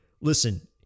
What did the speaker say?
listen